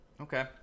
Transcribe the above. okay